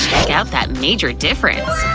check out that major difference!